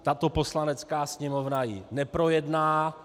Tato Poslanecká sněmovna ji neprojedná.